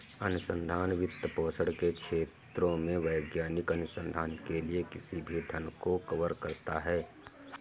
अनुसंधान वित्तपोषण के क्षेत्रों में वैज्ञानिक अनुसंधान के लिए किसी भी धन को कवर करता है